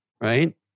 right